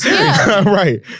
Right